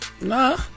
Nah